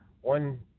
One